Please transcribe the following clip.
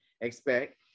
expect